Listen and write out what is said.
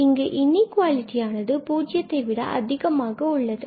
இங்கு இனிஇகுவாலிட்டி ஆனது பூஜ்ஜியத்தை விட அதிகமாக உள்ளது